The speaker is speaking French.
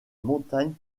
montagnes